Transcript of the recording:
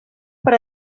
per